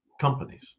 companies